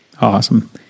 Awesome